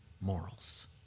Morals